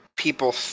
people